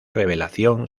revelación